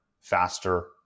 faster